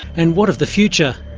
and what of the future?